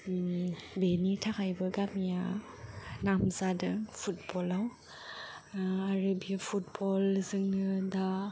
बेनि थाखायबो गामिया नाम जादों फुटब'लाव आरो बियो फुटब'लजोंनो दा